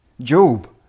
Job